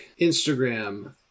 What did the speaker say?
Instagram